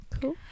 cool